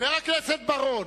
חבר הכנסת בר-און.